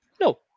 No